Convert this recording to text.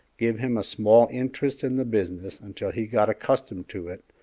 give him a small interest in the business until he got accustomed to it,